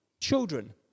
children